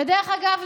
ודרך אגב,